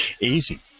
Easy